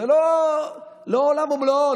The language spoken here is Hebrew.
זה לא עולם ומלואו,